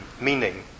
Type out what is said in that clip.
meaning